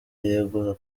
yegura